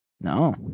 No